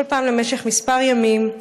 בכל פעם למשך כמה ימים,